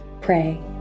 pray